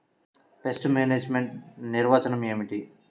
Pest management నిర్వచనం ఏమిటి?